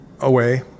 away